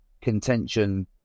contention